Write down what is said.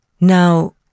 Now